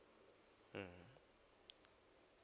mm